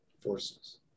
forces